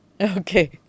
Okay